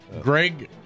Greg